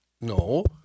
No